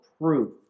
proof